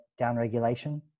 downregulation